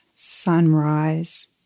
Sunrise